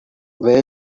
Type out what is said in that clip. where